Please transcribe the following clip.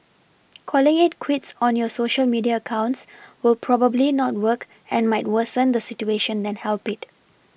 calling it quits on your Social media accounts will probably not work and might worsen the situation than help it